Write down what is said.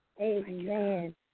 Amen